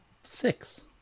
six